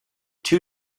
two